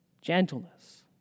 Gentleness